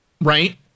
right